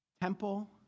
Temple